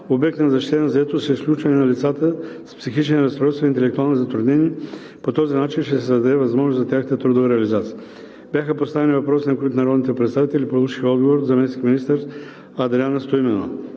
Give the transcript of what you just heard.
обект на защитена заетост чрез включване на лицата с психични разстройства, интелектуални затруднения. По този начин ще се създаде възможност за тяхната трудова реализация. Бяха поставени въпроси, на които народните представители получиха отговор от заместник-министър Адриана Стоименова.